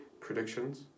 predictions